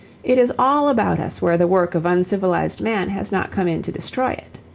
it is all about us where the work of uncivilized man has not come in to destroy it.